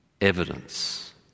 Evidence